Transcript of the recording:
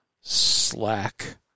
slack